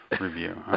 Review